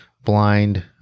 blind